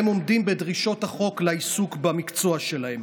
והם עומדים בדרישות החוק לעיסוק במקצוע שלהם.